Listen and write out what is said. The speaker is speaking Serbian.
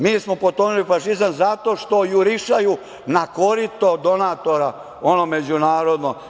Mi smo potonuli u fašizam zato što jurišaju na korito donatora, ono međunarodno.